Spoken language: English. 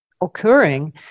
occurring